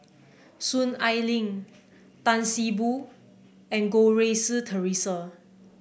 Soon Ai Ling Tan See Boo and Goh Rui Si Theresa